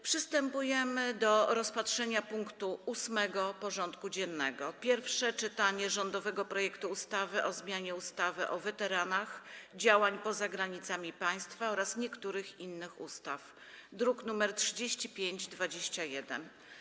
Przystępujemy do rozpatrzenia punktu 8. porządku dziennego: Pierwsze czytanie rządowego projektu ustawy o zmianie ustawy o weteranach działań poza granicami państwa oraz niektórych innych ustaw (druk nr 3521)